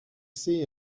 see